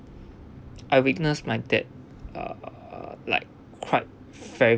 I witnessed my dad uh like cried very